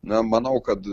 na manau kad